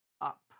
up